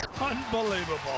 Unbelievable